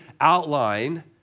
outline